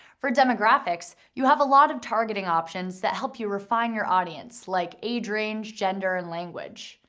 for demographics, you have a lot of targeting options that help you refine your audience like age range, gender, and language.